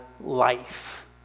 life